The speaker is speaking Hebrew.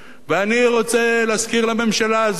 ואני רוצה להזכיר לממשלה הזאת,